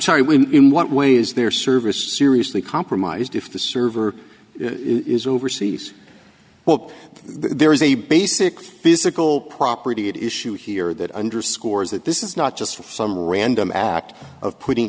sorry we in what way is their service seriously compromised if the server is overseas well there is a basic physical property at issue here that underscores that this is not just some random act of putting